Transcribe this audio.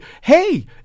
hey